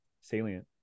salient